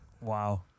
Wow